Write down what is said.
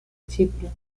chipre